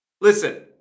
Listen